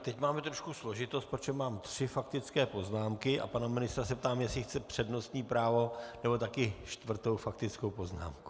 Teď máme trošku složitost, protože mám tři faktické poznámky, a pana ministra se ptám, jestli chce přednostní právo, nebo také čtvrtou faktickou poznámku.